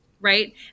right